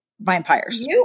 vampires